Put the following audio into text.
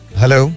hello